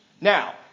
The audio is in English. Now